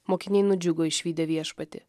mokiniai nudžiugo išvydę viešpatį